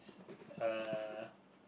uh